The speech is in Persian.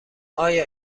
آیا